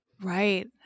Right